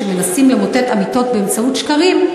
כשמנסים למוטט אמיתות באמצעות שקרים,